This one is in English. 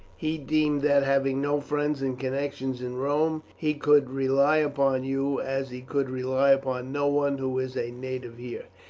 he deemed that, having no friends and connections in rome, he could rely upon you as he could rely upon no one who is a native here.